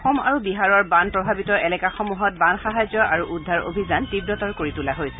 অসম আৰু বিহাৰৰ বান প্ৰভাৱিত এলেকাসমূহত সাহায্য আৰু উদ্ধাৰ অভিযান তীৱতৰ কৰি তোলা হৈছে